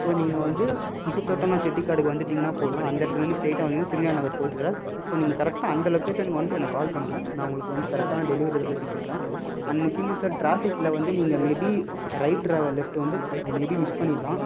so நீங்கள் வந்து முசுதோட்டனா செட்டிகாடுக்கு வந்துவிட்டிங்கனா போதும் அந்த இடத்துலேருந்து ஸ்ரைட்டா வந்திங்கன்னா Thirugnana Nagar fourth cross so நீங்கள் கரெட்டாக அந்த லொக்கேஷன் வந்துட்டு எனக்கு கால் பண்ணுங்கள் நான் உங்களுக்கு வந்து கரெட்டான டெலிவரி லொக்கேஷன் சொல்லுறேன் அண்ட் முக்கியமாக சார் டிராஃபிக்கில் வந்து நீங்கள் மேபி ரைட்ராக லெஃப்ட்டு வந்து மேபி மிஸ் பண்ணிடலாம்